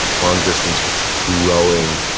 long-distance rowing,